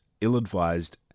ill-advised